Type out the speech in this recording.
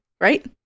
Right